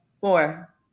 Four